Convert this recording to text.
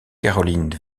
caroline